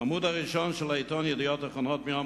בעמוד הראשון של העיתון "ידיעות אחרונות" מיום